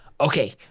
okay